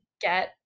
get